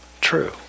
true